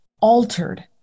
altered